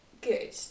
Good